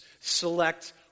select